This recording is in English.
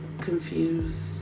confused